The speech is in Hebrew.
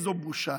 איזו בושה,